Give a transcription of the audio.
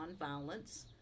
nonviolence